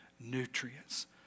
nutrients